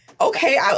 okay